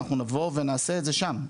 אנחנו נבוא ונעשה את זה שם,